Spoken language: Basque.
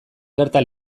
gerta